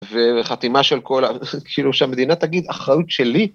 וחתימה של כל, כאילו שהמדינה תגיד, אחריות שלי?